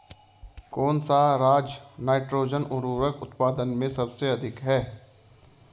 कौन सा राज नाइट्रोजन उर्वरक उत्पादन में सबसे अधिक है?